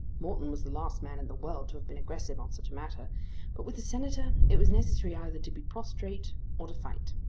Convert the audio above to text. morton was the last man in the world to have been aggressive on such a matter but with the senator it was necessary either to be prostrate or to fight.